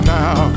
now